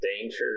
danger